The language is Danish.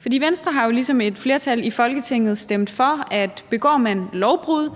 For Venstre har jo, ligesom et flertal i Folketinget, stemt for, at begår man lovbrud